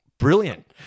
Brilliant